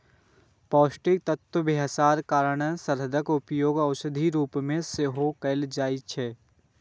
पौष्टिक तत्व हेबाक कारण शहदक उपयोग औषधिक रूप मे सेहो कैल जाइ छै